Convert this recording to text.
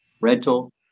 rental